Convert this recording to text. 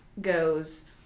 goes